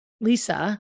Lisa